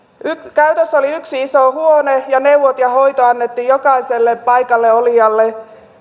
käytössä oli yksi iso huone ja neuvot ja hoito annettiin jokaiselle paikallaolijalle